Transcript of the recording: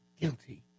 guilty